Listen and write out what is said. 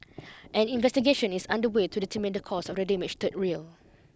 an investigation is under way to determine the cause of the damaged third rail